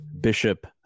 Bishop